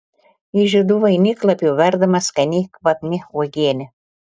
iš žiedų vainiklapių verdama skani kvapni uogienė